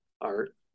art